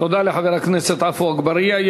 תודה לחבר הכנסת עפו אגבאריה.